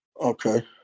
Okay